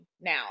now